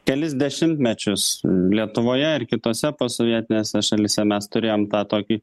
kelis dešimtmečius lietuvoje ar kitose posovietinėse šalyse mes turėjom tą tokį